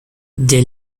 dès